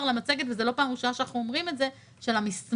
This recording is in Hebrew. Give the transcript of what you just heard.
למצגת - וזאת לא פעם ראשונה שאנחנו אומרים את זה של המסמך,